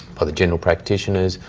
by the general practitioners,